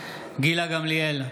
גילה גמליאל,